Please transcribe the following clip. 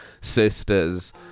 sisters